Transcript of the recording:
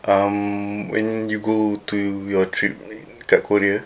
um when you go to your trip dekat korea